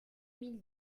mille